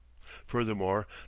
Furthermore